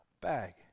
bag